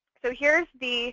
so here's the